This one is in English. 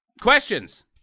questions